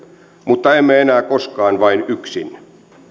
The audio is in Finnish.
mutta emme enää koskaan vain yksin